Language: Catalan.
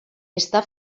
està